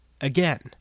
Again